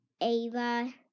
Ava